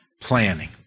planning